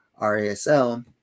RASL